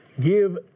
give